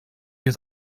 hier